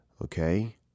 Okay